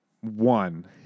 one